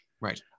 Right